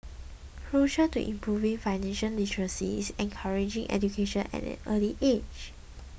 crucial to improving financial literacy is encouraging education at an early age